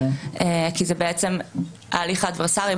כי זה ההליך האדוורסרי,